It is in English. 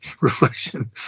Reflection